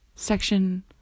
Section